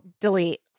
Delete